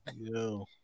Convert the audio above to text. yo